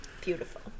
beautiful